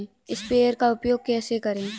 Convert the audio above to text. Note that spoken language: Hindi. स्प्रेयर का उपयोग कैसे करें?